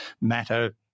matter